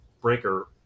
breaker